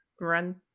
run